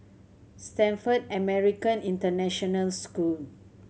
Stamford American International School